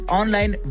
online